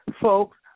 folks